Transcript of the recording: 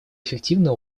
эффективно